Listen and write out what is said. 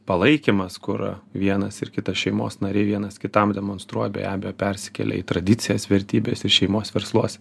palaikymas kur vienas ir kitas šeimos nariai vienas kitam demonstruoja be abejo persikelia į tradicijas vertybes ir šeimos versluose